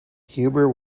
huber